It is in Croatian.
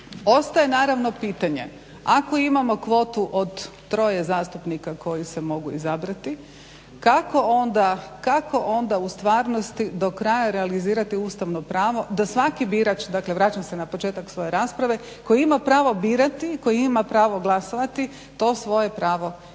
Ostaje naravno pitanje ako imamo kvotu od troje zastupnika koji se mogu izabrati, kako onda u stvarnosti do kraja realizirati ustavno pravo da svaki birač dakle vraćam se na početak svoje rasprave koji ima pravo birati koji ima pravo glasovati to svoje pravo i ostvari.